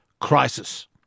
crisis